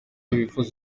bifuza